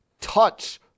touch